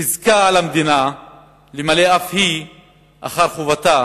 חזקה על המדינה למלא אף היא אחר חובתה